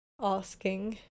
asking